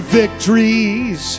victories